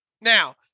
Now